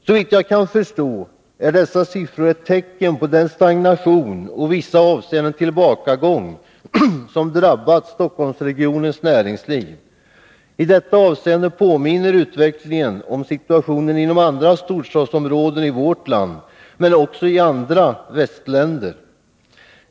Såvitt jag kan förstå är dessa siffror ett tecken på den stagnation och i vissa fall tillbakagång som drabbat Stockholmsregionens näringsliv. I detta avseende påminner utvecklingen om situationen inom andra storstadsområden i vårt land men också i andra västländer.